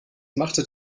machte